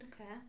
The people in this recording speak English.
okay